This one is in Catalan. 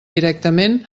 directament